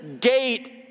gate